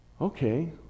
Okay